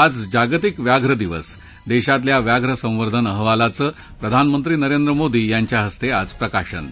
आज जागतिक व्याघ्र दिवस दक्षीतल्या व्याघ्र संवर्धन अहवालाचं प्रधानमंत्री नरेंद्र मोदी यांच्या हस्तख्ञिज प्रकाशन